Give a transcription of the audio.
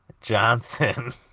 Johnson